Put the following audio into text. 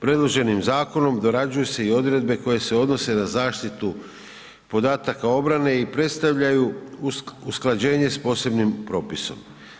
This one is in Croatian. Predloženim zakonom dorađuju se i odredbe koje se odnose na zaštitu podataka obrane i predstavljaju usklađenje s posebnim propisom.